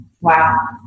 Wow